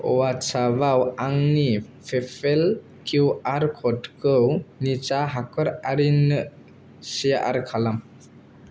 अवाट्सापाव आंनि PayPal Q R क'डखौ निसा हाखर आरिनो सेयार खालाम